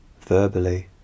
verbally